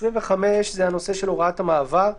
תקנה 25, הוראת המעבר.